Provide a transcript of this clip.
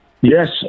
Yes